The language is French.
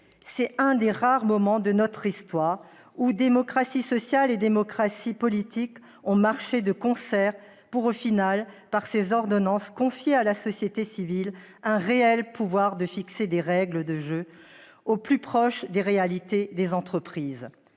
C'est l'un des rares moments de notre histoire où démocratie sociale et démocratie politique ont marché de concert pour, au final, au travers de ces ordonnances, confier à la société civile un réel pouvoir de fixer des règles du jeu au plus près des réalités des entreprises.